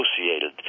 associated